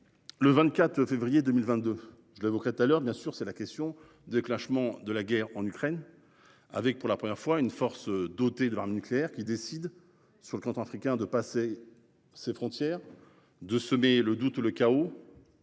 Le 24 février 2022. Je l'évoquerai tout à l'heure bien sûr. C'est la question. Déclenchement de la guerre en Ukraine, avec pour la première fois une force dotée de l'arme nucléaire qui décide sur le africain de passer ses frontières de semer le doute ou le chaos.